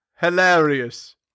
Hilarious